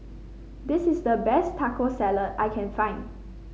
this is the best Taco Salad I can find